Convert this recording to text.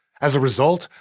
as a result,